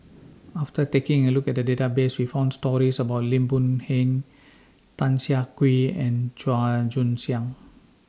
after taking A Look At The Database We found stories about Lim Boon Heng Tan Siah Kwee and Chua Joon Siang